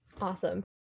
Awesome